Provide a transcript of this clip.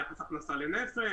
יחס הכנסה לנפש,